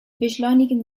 beschleunigen